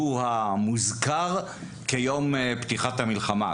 הוא המוזכר כיום פתיחת המלחמה,